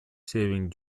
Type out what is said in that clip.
saving